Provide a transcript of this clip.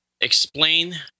explain